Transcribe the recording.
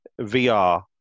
VR